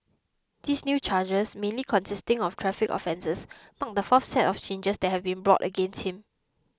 these new charges mainly consisting of traffic offences mark the fourth set of changes that have been brought against him